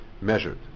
measured